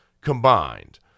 combined